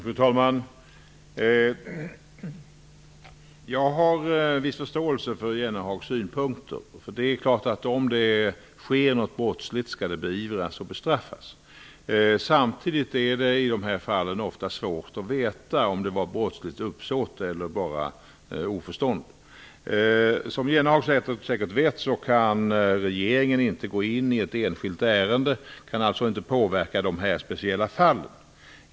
Fru talman! Jag har viss förståelse för Jan Jennehags synpunkter. Om något brottsligt sker, skall det beivras och bestraffas. Samtidigt är det ofta svårt att veta om det har varit fråga om brottsligt uppsåt eller bara oförstånd. Som Jan Jennehag säkert vet kan regeringen inte gå in i ett enskilt ärende och alltså inte påverka dessa speciella fall.